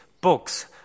books